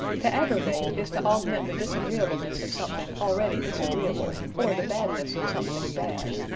to aggravate is to augment the disagreeableness of something already disagreeable, or the badness of something bad.